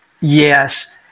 yes